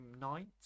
Night